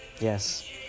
Yes